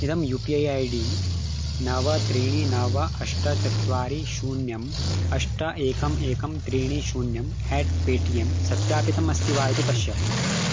इदं U P I I D नव त्रीणि नव अष्ट चत्वारि शून्यम् अष्ट एकम् एकं त्रीणि शून्यम् एट् पेटिएम् सत्यापितम् अस्ति वा इति पश्य